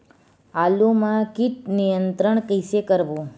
आलू मा कीट नियंत्रण कइसे करबो?